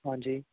ਹਾਂਜੀ